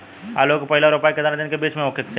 आलू क पहिला रोपाई केतना दिन के बिच में होखे के चाही?